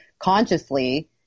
consciously